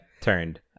turned